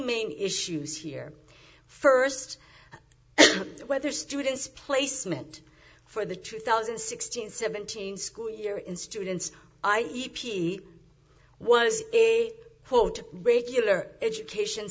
main issues here first whether students placement for the two thousand and sixteen seventeen school year in students i e p what is it quote regular education